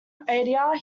adair